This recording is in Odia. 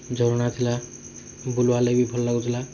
ଝରଣା ଥିଲା ବୁଲ୍ବାର୍ ଲାଗି ଭଲ୍ ଲାଗୁଥିଲା